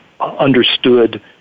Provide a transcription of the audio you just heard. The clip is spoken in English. understood